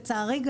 לצערי,